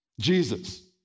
Jesus